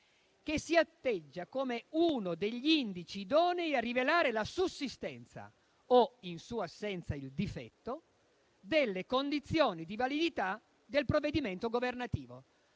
che si atteggia come uno degli indici idonei a rivelare la sussistenza (o, in sua assenza, il difetto) delle condizioni di validità del provvedimento governativo.